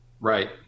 Right